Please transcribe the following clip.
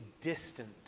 distant